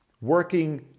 working